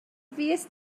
fuest